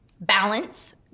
balance